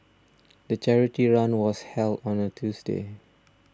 the charity run was held on a Tuesday